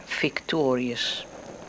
victorious